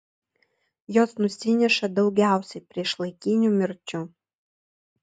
jos nusineša daugiausiai priešlaikinių mirčių